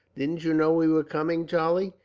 didn't you know we were coming, charlie?